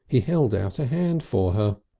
he held out a hand for her.